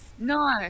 No